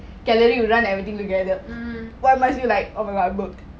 calorie you run everything together why must you like oh my god I could